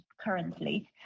currently